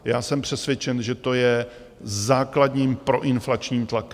Já jsem přesvědčen, že to je základním proinflačním tlakem.